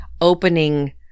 opening